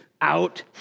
out